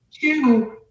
Two